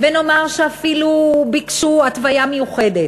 ונאמר שאפילו ביקשו התוויה מיוחדת,